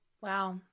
Wow